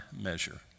measure